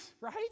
right